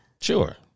Sure